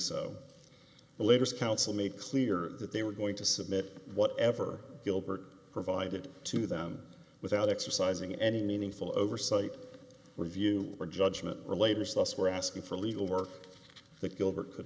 so the latest counsel made clear that they were going to submit whatever gilbert provided to them without exercising any meaningful oversight review or judgment related to us were asking for legal work that gilbert could